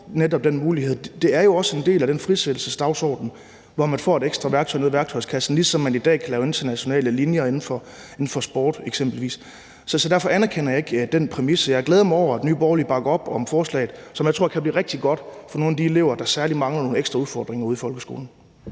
Det er jo også en del af den frisættelsesdagsorden, hvor man får et ekstra værktøj i værktøjskassen, ligesom man i dag kan lave internationale linjer inden for eksempelvis sport. Derfor anerkender jeg ikke den præmis. Jeg glæder mig over, at Nye Borgerlige bakker op om forslaget, som jeg tror kan blive rigtig godt for nogle af de elever, der særlig mangler nogle ekstra udfordringer ude i folkeskolen.